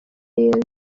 yezu